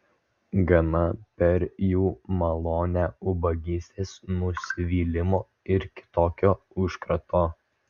gana per jų malonę ubagystės nusivylimo ir kitokio užkrato